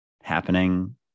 happening